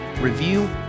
review